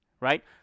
right